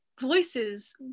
voices